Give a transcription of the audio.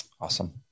Awesome